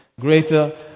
greater